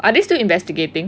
are they still investigating